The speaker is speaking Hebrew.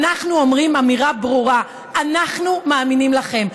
אנחנו אומרים אמירה ברורה: אנחנו מאמינים לכם,